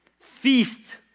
Feast